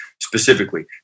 Specifically